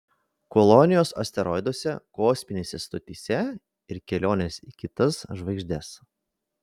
kolonijos asteroiduose kosminėse stotyse ir kelionės į kitas žvaigždes